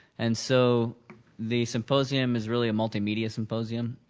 and so the symposium is really a multimedia symposium.